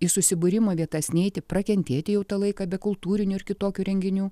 į susibūrimo vietas neiti prakentėti jau tą laiką be kultūrinių ir kitokių renginių